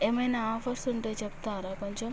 ఏమైనా ఆఫర్స్ ఉంటే చెప్తారా కొంచెం